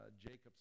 Jacob's